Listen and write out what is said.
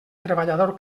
treballador